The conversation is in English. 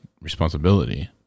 responsibility